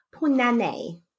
punane